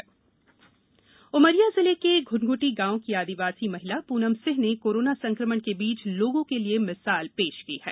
Umaria corona warrior Umaria जिले के घ्नघ्टी गांव की आदिवासी महिला पूनम सिंह ने कोरोना संक्रमण के बीच लोगों के लिए मिसाल पेश की है